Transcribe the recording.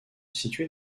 située